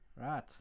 Right